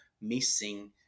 missing